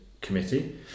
committee